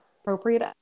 appropriate